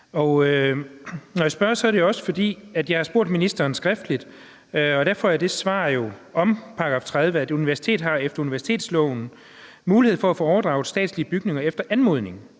jeg har spurgt ministeren skriftligt, og der har jeg vedrørende § 30 fået dette svar: Et universitet har efter universitetsloven mulighed for at få overdraget statslige bygninger efter anmodning.